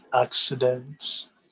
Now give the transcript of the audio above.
accidents